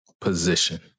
position